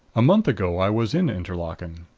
a month ago i was in interlaken.